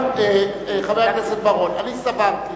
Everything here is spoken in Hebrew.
חבר הכנסת בר-און, אני סברתי